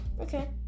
Okay